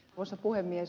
arvoisa puhemies